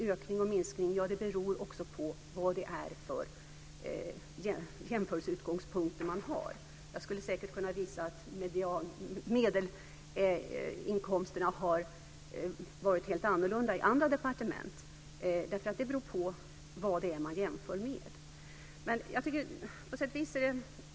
Ökning och minskning beror också på vilka jämförelseutgångspunkter man har. Jag skulle säkert kunna visa att medelinkomsterna har varit helt annorlunda i andra departement. Det beror på vad det är man jämför med.